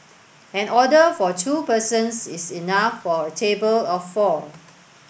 an order for two persons is enough for a table of four